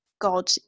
God